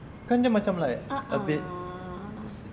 kan dia macam like ah a bit